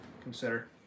consider